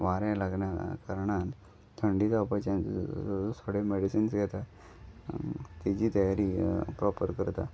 वारें लागल्या कारणान थंडी जावपाच थोडे मेडिसिन्स घेता तेची तयारी प्रोपर करता